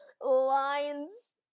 lines